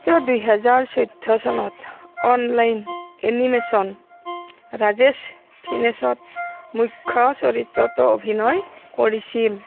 তেওঁঁ দুহেজাৰ চৈধ্য চনত অনলাইন এনিমেচন ৰাজেশ ফিনেছত মুখ্য চৰিত্ৰতো অভিনয় কৰিছিল